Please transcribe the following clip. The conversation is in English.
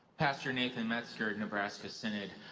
pastor nathan metzger, nebraska synod.